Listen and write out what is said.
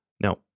Now